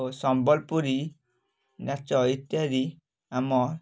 ଓ ସମ୍ବଲପୁରୀ ନାଚ ଇତ୍ୟାଦି ଆମ